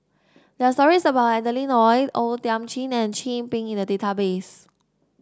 there are stories about Adeline Ooi O Thiam Chin and Chin Peng in the database